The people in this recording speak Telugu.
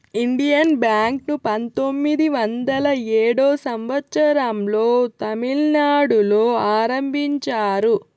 ఇండియన్ బ్యాంక్ ను పంతొమ్మిది వందల ఏడో సంవచ్చరం లో తమిళనాడులో ఆరంభించారు